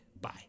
Bye